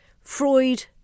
Freud